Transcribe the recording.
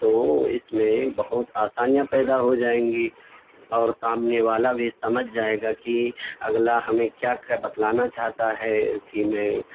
تو اس میں بہت آسانیاں پیدا ہو جائیں گی اور سامنے والا بھی سمجھ جائے گا کہ اگلا ہمیں کیا کیا بتلانا چاہتا ہے کہ میں